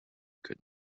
could